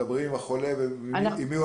מדברים עם החולה וחוקרים עם מי הוא היה?